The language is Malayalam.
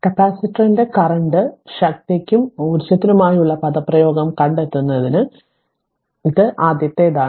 അതിനാൽ കപ്പാസിറ്ററിന്റെ കറന്റ് ശക്തിക്കും ഊർജ്ജത്തിനുമായുള്ള പദപ്രയോഗം കണ്ടെത്തുന്നതിന് ഇത് ആദ്യത്തേതാണ്